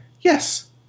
Yes